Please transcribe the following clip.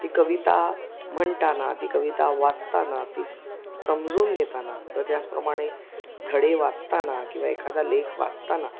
ती कविता म्हणताना ती कविता वाचताना ती स समजून घेताना किंवा त्याचप्रमाणे धडे वाचताना किंवा एखादा लेख वाचताना